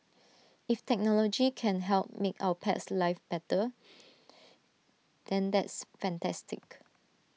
if technology can help make our pets lives better than that is fantastic